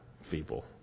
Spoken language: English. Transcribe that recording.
feeble